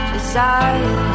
Desire